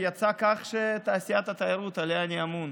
הוא תעשיית התיירות, שעליה אני אמון.